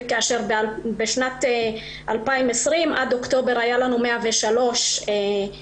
כאשר בשנת 2020 עד אוקטובר היו לנו 103 משתתפות.